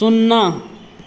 शुन्ना